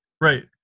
right